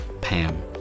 Pam